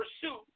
pursuit